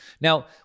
Now